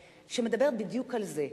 שמדברת בדיוק על זה: